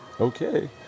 okay